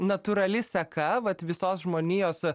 natūrali seka vat visos žmonijos